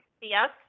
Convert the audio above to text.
Yes